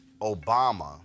Obama